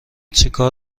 چیکار